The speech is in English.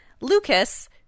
Lucas